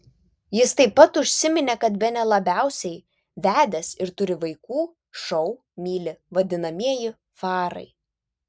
jis taip pat užsiminė kad bene labiausiai vedęs ir turi vaikų šou myli vadinamieji farai